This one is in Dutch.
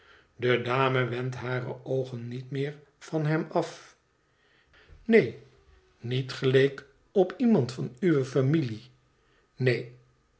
de dame wendt hare oogen niet meer van hem af neen niet geleek op iemand van uwe familie neen